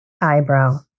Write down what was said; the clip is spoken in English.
Eyebrow